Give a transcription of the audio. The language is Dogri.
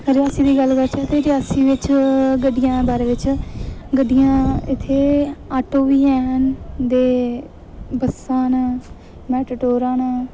रियासी दी गल्ल करचै ते रियासी बिच गड्डियें दे बारै बिच गड्डियां इत्थै ऑटो बी हैन ते बस्सां न मेटाडोरां न